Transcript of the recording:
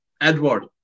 Edward